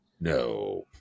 no